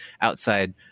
outside